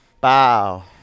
Bow